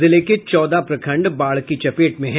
जिले के चौदह प्रखंड बाढ़ की चपेट में हैं